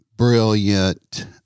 Brilliant